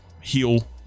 heal